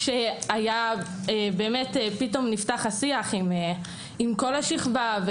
כשנפתח השיח עם כל השכבה,